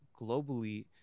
globally